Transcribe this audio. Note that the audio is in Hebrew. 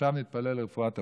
עכשיו נתפלל לרפואת הפצועים,